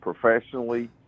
professionally